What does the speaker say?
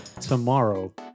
Tomorrow